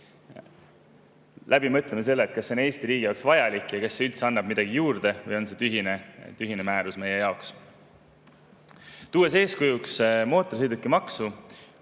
läbi mõtlema selle, kas see on Eesti riigi jaoks vajalik ja kas see üldse annab midagi juurde või on see tühine määrus meie jaoks. Tuues eeskujuks mootorsõidukimaksu